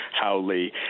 Howley